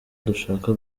dushaka